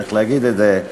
צריך להגיד את זה,